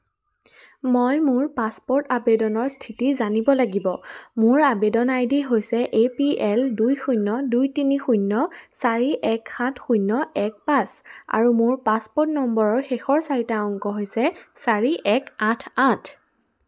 মই মোৰ পাছপোৰ্ট আবেদনৰ স্থিতি জানিব লাগিব মোৰ আবেদন আই ডি হৈছে এ পি এল দুই শূন্য দুই তিনি শূন্য চাৰি এক সাত শূন্য এক পাঁচ আৰু মোৰ পাছপোৰ্ট নম্বৰৰ শেষৰ চাৰিটা অংক হৈছে চাৰি এক আঠ আঠ